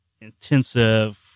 intensive